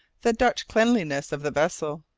the dutch cleanliness of the vessel.